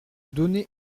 donner